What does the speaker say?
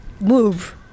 move